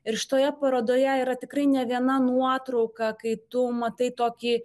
ir šitoje parodoje yra tikrai ne viena nuotrauka kai tu matai tokį